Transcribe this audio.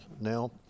now